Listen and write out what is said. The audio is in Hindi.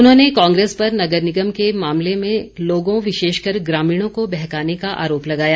उन्होंने कांग्रेस पर नगर निगम के मामले में लोगों विशेषकर ग्रामीणों को बहकाने का आरोप लगाया